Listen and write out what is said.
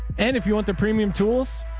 and if you want the premium tools,